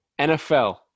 NFL